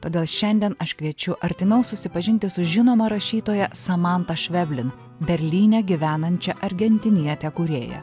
todėl šiandien aš kviečiu artimiau susipažinti su žinoma rašytoja samanta šveblin berlyne gyvenančia argentiniete kūrėja